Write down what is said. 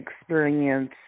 experience